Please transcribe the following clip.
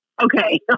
Okay